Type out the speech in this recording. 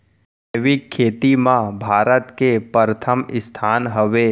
जैविक खेती मा भारत के परथम स्थान हवे